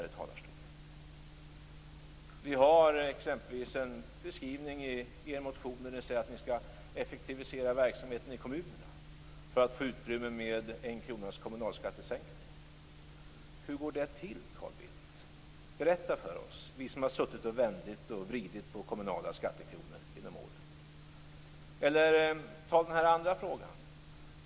Ni skriver exempelvis i er motion att ni skall effektivisera verksamheterna i kommunerna för att få utrymme för en kronas kommunalskattesänkning. Hur går det till, Carl Bildt? Berätta för oss som har vänt och vridit på kommunala skattekronor genom åren. Vi kan ta en annan fråga.